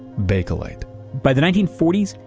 bakelite by the nineteen forty s,